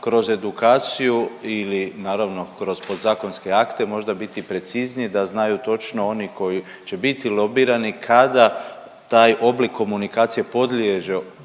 kroz edukaciju ili naravno kroz podzakonske akte možda biti precizniji da znaju točno oni koji će biti lobirani kada taj oblik komunikacije podliježe